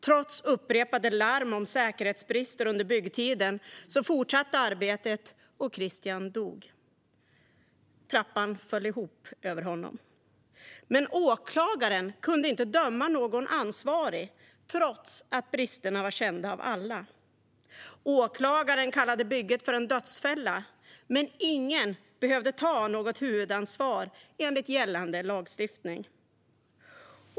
Trots upprepade larm om säkerhetsbrister under byggtiden fortsatte arbetet, och Christian dog. Trappan föll ihop över honom. Men åklagaren kunde inte döma någon ansvarig trots att bristerna var kända av alla. Åklagaren kallade bygget för en dödsfälla, men ingen behövde ta något huvudansvar enligt gällande lagstiftning.